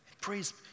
praise